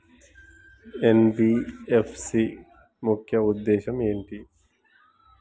NBFC ముఖ్య ఉద్దేశం ఏంటి?